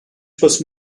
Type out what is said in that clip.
basın